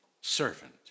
servant